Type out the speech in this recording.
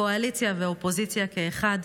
קואליציה ואופוזיציה כאחד.